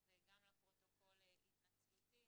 אז גם לפרוטוקול התנצלותי.